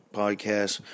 podcast